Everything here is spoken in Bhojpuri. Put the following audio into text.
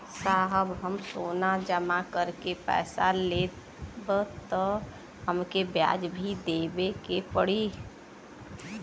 साहब हम सोना जमा करके पैसा लेब त हमके ब्याज भी देवे के पड़ी?